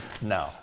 no